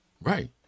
Right